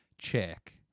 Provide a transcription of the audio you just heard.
Check